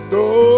no